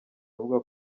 avuga